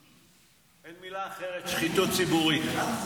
אין מילה אחרת, שחיתות ציבורית.